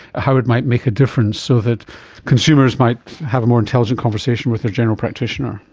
how it might make a difference so that consumers might have a more intelligent conversation with their general practitioner?